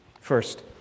First